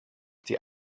die